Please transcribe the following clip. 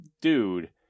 dude